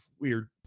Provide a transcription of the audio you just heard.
weird